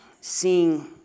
seeing